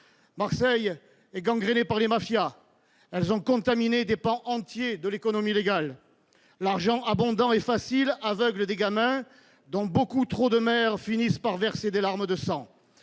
Marseille est gangrénée par les mafias. Elles ont contaminé des pans entiers de l'économie légale. L'argent abondant et facile aveugle des gamins, dont beaucoup trop de mères finissent par verser des larmes de sang.